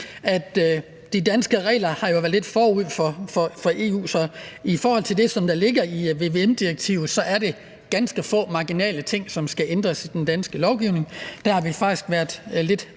at de danske regler har været lidt forud for EU, og i forhold til det, der ligger i vvm-direktivet, er det ganske marginalt, hvad der skal ændres i den danske lovgivning. Der har vi faktisk været noget